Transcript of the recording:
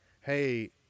hey